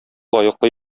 лаеклы